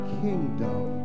kingdom